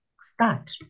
start